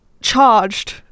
charged